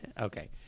okay